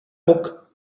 book